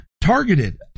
targeted